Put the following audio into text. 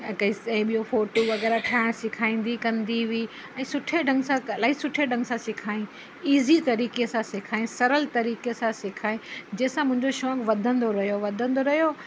ऐं कस ऐं ॿियो फ़ोटो वगै़रह ठाहिण सेखारींदी कंदी हुई ऐं सुठे ढंग सां इलाही सुठे ढंग सां सेखारी ईज़ी तरीक़े सां सेखारी सरल तरीके सां सेखाईं जंहिंसां मुंहिंजो शौंक़ु वधंदो रहियो वधंदो रहियो